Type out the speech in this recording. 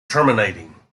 terminating